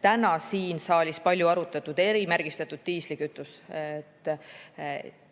täna siin saalis palju arutletud erimärgistatud diislikütuse.